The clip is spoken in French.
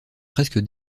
presque